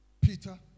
Peter